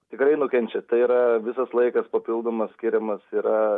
tikrai nukenčia tai yra visas laikas papildomas skiriamas yra